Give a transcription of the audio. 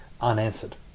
unanswered